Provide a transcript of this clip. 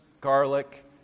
garlic